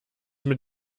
mit